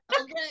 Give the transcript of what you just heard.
Okay